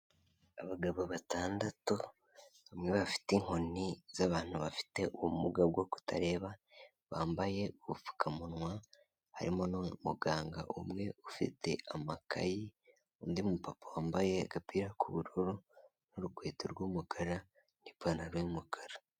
Abagabo batandatu bamwe bafite inkoni z'abantutu bafite ubumuga bwo kutareba bambaye ubupfukamunwa harimo n'uyu muganga umwe ufite amakayi, undi mu papa wambaye agapira k'ubururu n'urukweto rw'umukara n'ipantaro y'umukara.